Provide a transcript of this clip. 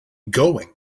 going